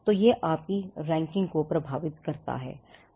तो यह आपकी रैंकिंग को प्रभावित करता हो